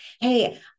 Hey